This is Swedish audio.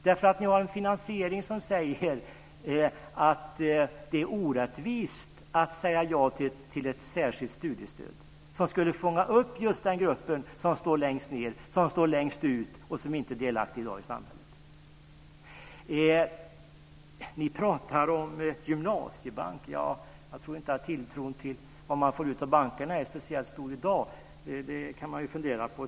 Ni har nämligen en finansiering som innebär att det är orättvist att säga ja till ett särskilt studiestöd som skulle fånga upp just den här gruppen, som står längst ned och längst ut och som inte är delaktig i dag i samhället. Ni pratar om en gymnasiebank. Jag tror inte att tilltron till bankerna är speciellt stor i dag. Det kan man ju fundera på.